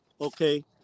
okay